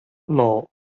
law